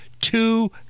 two